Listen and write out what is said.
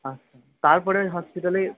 আচ্ছা তারপরে হসপিটালে